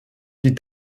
die